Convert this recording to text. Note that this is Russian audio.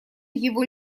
его